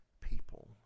people